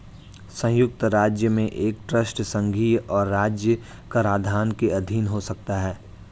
संयुक्त राज्य में एक ट्रस्ट संघीय और राज्य कराधान के अधीन हो सकता है